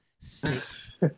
six